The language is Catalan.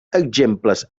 exemples